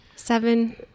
Seven